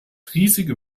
riesige